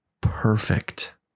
perfect